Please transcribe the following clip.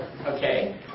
Okay